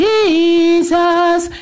Jesus